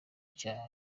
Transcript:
cya